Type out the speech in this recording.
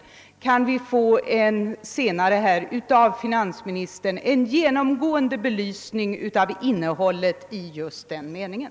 Kan vi senare av finansministern få en genomgående belysning av innebörden i just den citerade meningen?